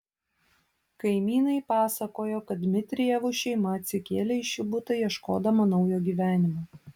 kaimynai pasakojo kad dmitrijevų šeima atsikėlė į šį butą ieškodama naujo gyvenimo